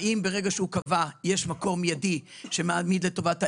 האם ברגע שהוא קבע מה צריך יש מקור מיידי שמעמיד תקציב לטובת העניין?